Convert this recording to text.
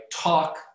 talk